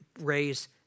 raise